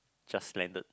just landed